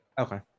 Okay